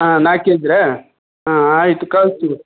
ಹಾಂ ನಾಲ್ಕು ಕೆ ಜಿರಾ ಹಾಂ ಆಯಿತು ಕಳಿಸ್ತೀವಿ